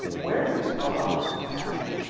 where is allah's compassion?